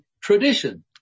tradition